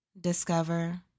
Discover